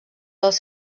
dels